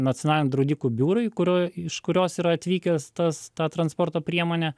nacionaliniam draudikų biurui kurio iš kurios yra atvykęs tas ta transporto priemonė